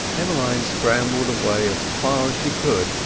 emmeline scrambled away as far as she could,